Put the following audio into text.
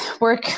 Work